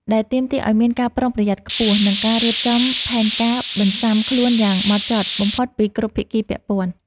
ដែលទាមទារឱ្យមានការប្រុងប្រយ័ត្នខ្ពស់ និងការរៀបចំផែនការបន្ស៊ាំខ្លួនយ៉ាងហ្មត់ចត់បំផុតពីគ្រប់ភាគីពាក់ព័ន្ធ។